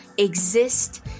Exist